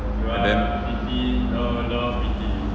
and then